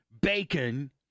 bacon